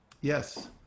Yes